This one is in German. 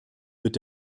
wird